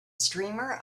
streamer